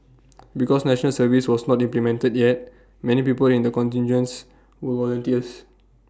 because National Service was not implemented yet many people in the contingents were volunteers